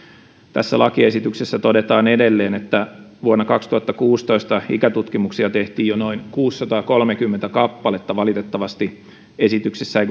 tässä lakiesityksessä todetaan edelleen että vuonna kaksituhattakuusitoista ikätutkimuksia tehtiin jo noin kuusisataakolmekymmentä kappaletta valitettavasti esityksessä ei